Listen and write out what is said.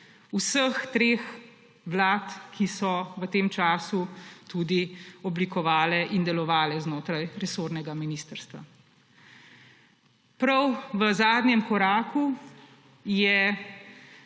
vseh treh vlad, ki so se v tem času tudi oblikovale in delovale znotraj resornega ministrstva. Prav v zadnjem koraku je